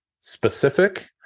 specific